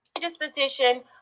Disposition